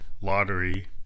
lottery